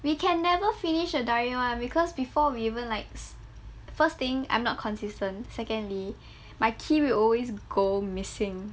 we can never finish the diary [one] because before we even likes first thing I'm not consistent secondly my key will always go missing